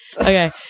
Okay